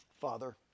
Father